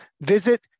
Visit